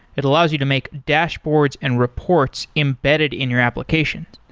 it allows you to make dashboards and reports embedded in your application.